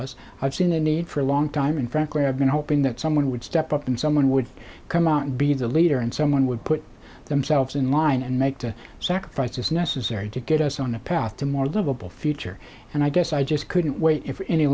us i've seen the need for a long time and frankly i've been hoping that someone would step up and someone would come out and be the leader and someone would put themselves in line and make the sacrifices necessary to get us on a path to more livable future and i guess i just couldn't wait